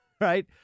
Right